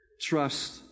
Trust